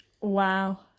Wow